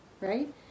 right